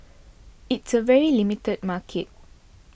it's a very limited market